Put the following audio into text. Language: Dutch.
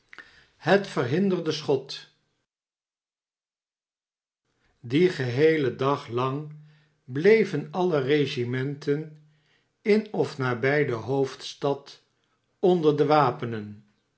het verhinderde schot dien geheelen dag lang bleven alle regimenten in of nabij d hoofdstad onder de wapenen